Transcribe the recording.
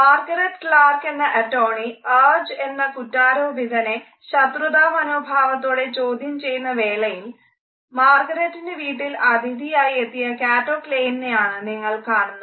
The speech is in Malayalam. മാർഗരറ്റ് ക്ലാർക് എന്ന കുറ്റാരോപിതനെ ശത്രുതാമനോഭാവത്തോടെ ചോദ്യം ചെയ്യുന്ന വേളയിൽ മാർഗരെറ്റിൻറെ വീട്ടിൽ അതിഥിയായി എത്തിയ കാറ്റോ ക്ലെയിൻനെയാണ് നിങ്ങൾ കാണുന്നത്